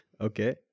Okay